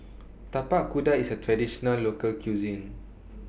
Tapak Kuda IS A Traditional Local Cuisine